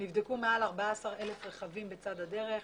נבדקו מעל 14,000 רכבים בצד הדרך,